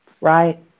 Right